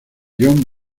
john